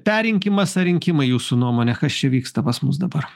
perrinkimas ar rinkimai jūsų nuomone kas čia vyksta pas mus dabar